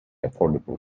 affordable